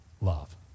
love